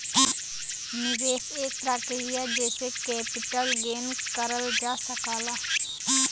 निवेश एक प्रक्रिया जेसे कैपिटल गेन करल जा सकला